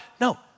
No